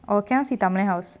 or cannot see dominic house